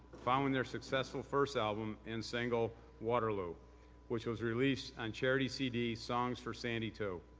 following their successful first album and single waterloo which was released on charity cd songs for sandy two.